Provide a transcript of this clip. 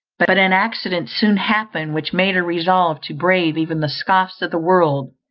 but an accident soon happened which made her resolve to brave even the scoffs of the world,